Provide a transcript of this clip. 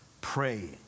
pray